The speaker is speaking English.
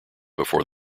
before